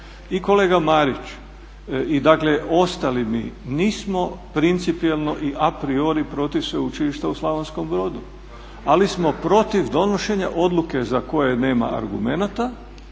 I kolega Marić i ostali mi nismo principijelno i apriori protiv Sveučilišta u Slavonskom Brodu, ali smo protiv donošenja odluke za koje nema argumenata,